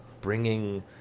bringing